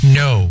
no